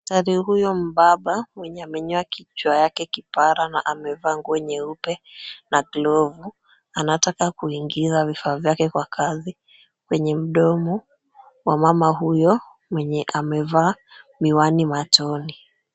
Daktari huyu mbaba mwenye amenyoa kichwa yake kipara na amevaa nguo nyeupe na glovu anataka kuingiza vifaa vyake kwa kazi kwenye mdomo wa mama huyo mwenye amevaa miwani machoni.